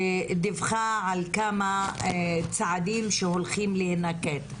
דיווחה על כמה צעדים שהולכים להינקט.